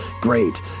Great